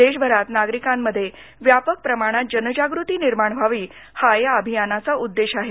देशभरात नागरिकांमध्ये व्यापक प्रमाणात जनजागृती निर्माण व्हावी हा या अभियानाचा उद्देश आहे